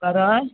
गरइ